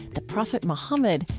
the prophet muhammad,